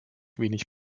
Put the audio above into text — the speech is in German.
wenig